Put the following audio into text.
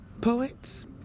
poets